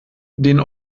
den